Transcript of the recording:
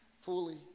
fully